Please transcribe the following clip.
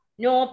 no